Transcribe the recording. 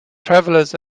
travellers